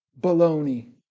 baloney